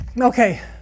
okay